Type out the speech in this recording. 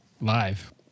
live